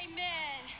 Amen